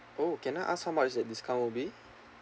oh can I ask how much is the discount will be